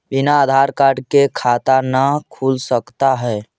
बिना आधार कार्ड के खाता न खुल सकता है?